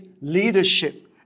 leadership